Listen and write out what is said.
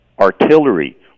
artillery